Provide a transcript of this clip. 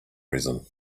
reason